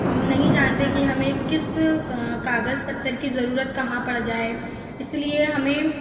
हम नहीं जानते कि किस कागज़ पत्र की ज़रूरत कहाँ पड़ जाए इस लिए हमें